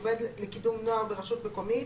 עובד לקידום נוער ברשות מקומית,